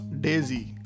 Daisy